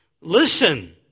listen